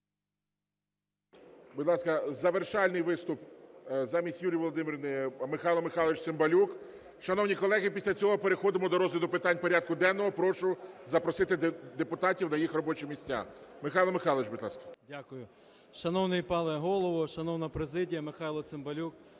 Дякую. Шановний пане Голово, шановна президія! Михайло Цимбалюк,